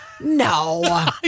No